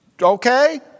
Okay